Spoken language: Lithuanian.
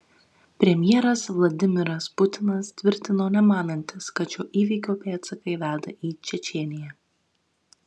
premjeras vladimiras putinas tvirtino nemanantis kad šio įvykio pėdsakai veda į čečėniją